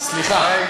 סליחה.